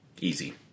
Easy